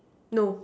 no